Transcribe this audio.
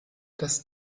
das